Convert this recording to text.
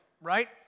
right